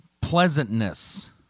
pleasantness